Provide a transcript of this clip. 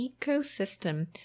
ecosystem